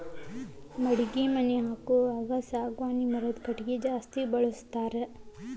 ಮಡಗಿ ಮನಿ ಹಾಕುವಾಗ ಸಾಗವಾನಿ ಮರದ ಕಟಗಿ ಜಾಸ್ತಿ ಬಳಸ್ತಾರ